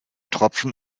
tropfen